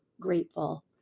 grateful